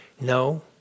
No